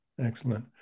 excellent